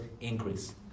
increase